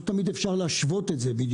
לא תמיד אפשר להשוות את זה,